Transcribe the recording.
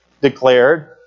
declared